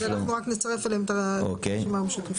אנחנו רק נצרף אליהם את הרשימה המשותפת.